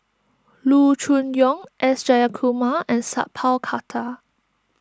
Loo Choon Yong S Jayakumar and Sat Pal Khattar